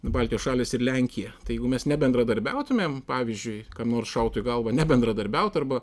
baltijos šalys ir lenkija tai jeigu mes nebendradarbiautumėm pavyzdžiui kam nors šautų į galvą nebendradarbiaut arba